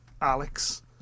Alex